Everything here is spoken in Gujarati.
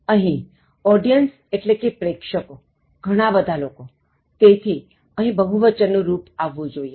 અહીં audience એટલે કે પ્રેક્ષકોઘણા બધા લોકોતેથી અહીં બહુવચવન નું રુપ આવવું જોઇએ